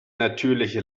natürliche